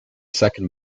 second